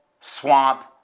swamp